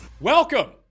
Welcome